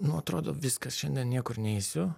nu atrodo viskas šiandien niekur neisiu